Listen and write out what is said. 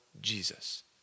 Jesus